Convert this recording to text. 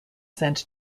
sent